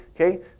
Okay